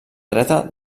dreta